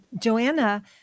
Joanna